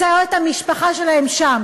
שהמשפחה שלהם נמצאת שם.